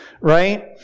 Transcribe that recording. right